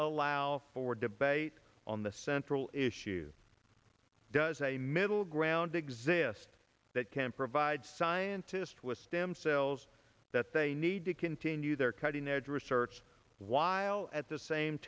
allow for debate on the central issue does a middle ground exist that can provide scientist with stem cells that they need to continue their cutting edge research while at the same